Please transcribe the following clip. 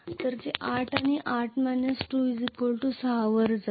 तर ते 8 आणि 8 2 6 वर जाईल